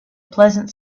pleasant